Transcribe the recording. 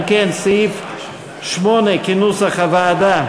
אם כן, סעיף 8, כנוסח הוועדה,